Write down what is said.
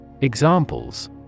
Examples